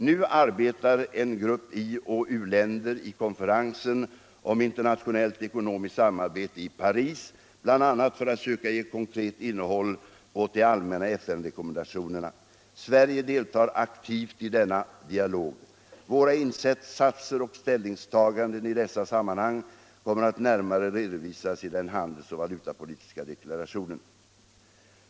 Nu arbetar en grupp i och u-länder i konferensen om internationellt ekonomiskt samarbete i Paris bl.a. på att söka ge konkret innehåll åt de allmänna FN-rekommendationerna. Sverige deltar aktivt i denna dialog: Våra insatser och ställningstaganden i dessa sammanhang kommer att närmare redovisas i den handels och valutapolitiska deklarationen.